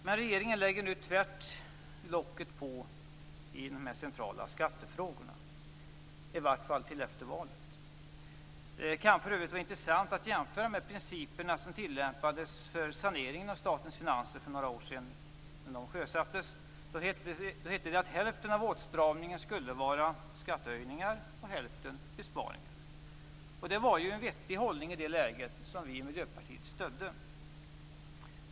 Men regeringen lägger nu tvärt locket på i de centrala skattefrågorna, i vart fall till efter valet. Det kan för övrigt vara intressant att jämföra med de principer som tillämpades vid saneringen av statens finanser för några år sedan. Då hette det att hälften av åtstramningen skulle bestå av skattehöjningar och hälften av besparingar. Det var ju en vettig hållning i det läget som vi i Miljöpartiet stödde.